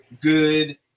good